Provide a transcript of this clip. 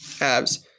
abs